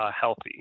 healthy